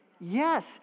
Yes